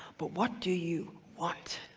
but what do you want?